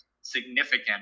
significant